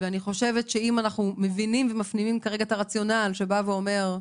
ואני חושבת שאם אנחנו מבינים ומפנימים כרגע את הרציונל שבא ואומר,